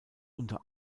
unter